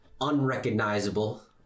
unrecognizable